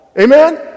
Amen